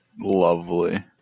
Lovely